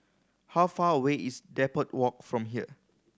how far away is Depot Walk from here